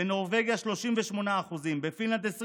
בנורבגיה, 38%, בפינלנד, 20%,